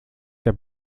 der